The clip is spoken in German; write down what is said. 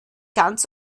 ganz